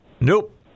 Nope